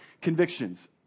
convictions